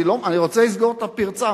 אני רוצה לסגור את הפרצה,